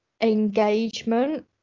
engagement